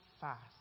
fast